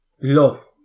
love